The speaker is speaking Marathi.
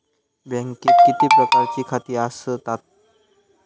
बँकेत किती प्रकारची खाती आसतात?